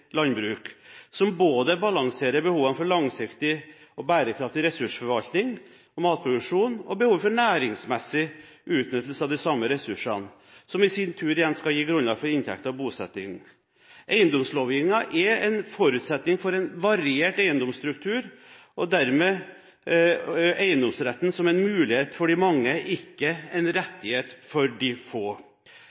landbruk, som balanserer både behovene for langsiktig og bærekraftig ressursforvaltning og matproduksjon og behovet for næringsmessig utnyttelse av de samme ressursene, som i sin tur igjen skal gi grunnlag for inntekter og bosetting. Eiendomslovgivningen er en forutsetning for en variert eiendomsstruktur, og dermed eiendomsretten som en mulighet for de mange, ikke en rettighet for de få.